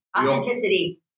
Authenticity